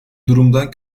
durumdan